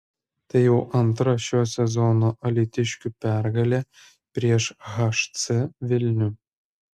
tai jau antra šio sezono alytiškių pergalė prieš hc vilnių